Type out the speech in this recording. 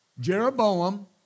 Jeroboam